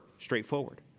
Straightforward